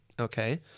okay